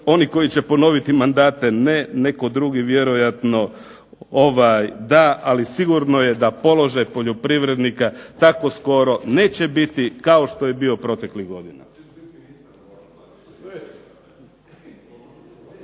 Oni koji će ponoviti mandate ne, netko drugi vjerojatno da, ali sigurno je da položaj poljoprivrednika tako skoro neće biti kao što je bio proteklih godina.